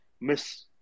miss